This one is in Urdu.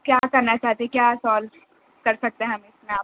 کیا کرنا چاہتے کیا سالو کر سکتے ہیں ہم اِس میں آپ